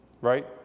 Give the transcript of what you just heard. right